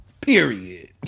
period